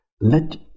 Let